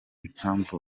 impamvu